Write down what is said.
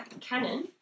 Cannon